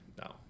No